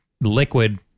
liquid